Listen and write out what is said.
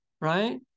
Right